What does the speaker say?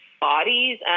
bodies